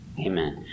amen